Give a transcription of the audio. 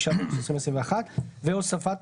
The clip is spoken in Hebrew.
7א ו-23 עד 25 לחוק סמכויות מיוחדות